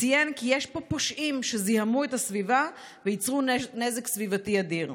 וציין כי יש פה פושעים שזיהמו את הסביבה וייצרו נזק סביבתי אדיר.